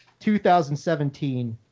2017